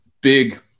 Big